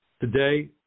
Today